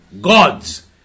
gods